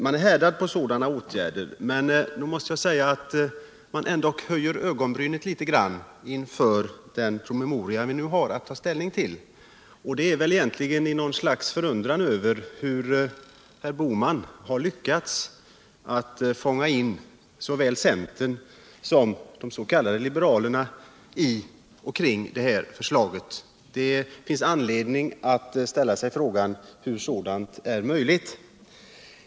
Men trots att man alltså är härdad när det gäller sådana åtgärder måste jag säga att man ändå höjer ögonbrynen litet grand inför den proposition vi nu har att ta ställning till. Man blir förundrad över hur herr Bohman har lyckats fånga in såväl centern som de s.k. liberalerna i och kring det här förslaget. Det finns anledning att ställa sig frågan hur sådant är möjligt.